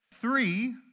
Three